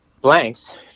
blanks